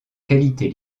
qualité